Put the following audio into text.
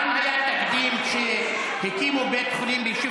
האם היה תקדים לכך שכשהקימו בית חולים ביישוב